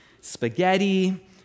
spaghetti